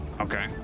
Okay